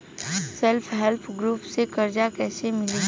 Self help group से कर्जा कईसे मिली?